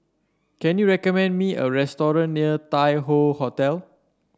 can you recommend me a restaurant near Tai Hoe Hotel